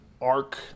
arc